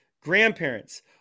grandparents